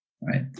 right